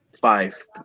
Five